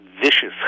vicious